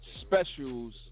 specials